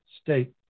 state